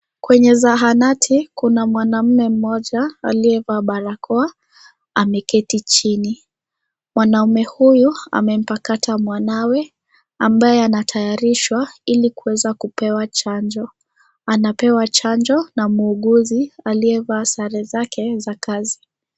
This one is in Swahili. Kwenye zahanati kuna mwanaume mmoja aliyevaa barakoa ameketi chini. Mwanaume huyu amempakata mwanawe ambaye anatayarishwa ili kuweza kupewa chanjo. Anapewa chanjo na muuguzi aliyevaa sare zake za kazi.